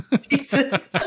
Jesus